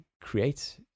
create